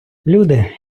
люди